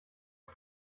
und